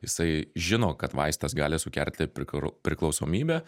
jisai žino kad vaistas gali sukelti pirkur priklausomybę